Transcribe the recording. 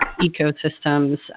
ecosystems